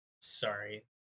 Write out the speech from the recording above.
sorry